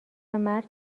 مرد